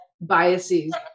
biases